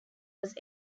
was